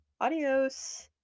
adios